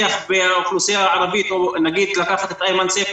מהאוכלוסייה הערבית או נגיד לקחת את אימן סייף,